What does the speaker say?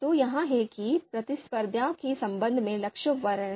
तो यह है कि प्रतिस्पर्धा के संबंध में लक्षण वर्णन